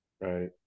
Right